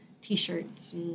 t-shirts